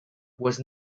was